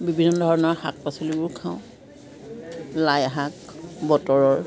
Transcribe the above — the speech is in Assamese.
বিভিন্ন ধৰণৰ শাক পাচলিবোৰ খাওঁ লাই শাক বতৰৰ